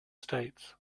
states